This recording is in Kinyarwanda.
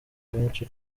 benshi